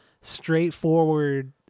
straightforward